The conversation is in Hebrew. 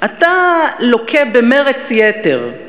אתה לוקה במרץ יתר,